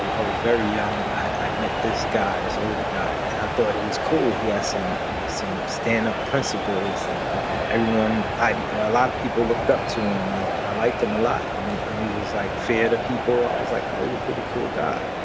i was very young. i've met this guy. old the guy. and i thought he was cool. he has some some stand up principles in every one idea. a lot of people looked up to him and and i liked them a lot. and and he was like, fair to people. i was like, always a pretty cool guy,